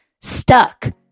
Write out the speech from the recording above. stuck